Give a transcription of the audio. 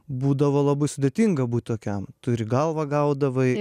būdavo labai sudėtinga būti tokiam tu ir į galvą gaudavai